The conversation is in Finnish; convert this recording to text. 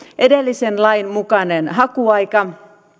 edellisen lain mukainen hakuaika